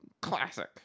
classic